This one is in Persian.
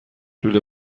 لوله